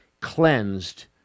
cleansed